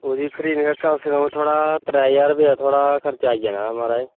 ओह्दी कम से कम थोआढ़ा त्रै ज्हार रुपया थोआढ़ा खर्चा आई जाना ऐ माराज